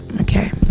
Okay